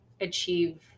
achieve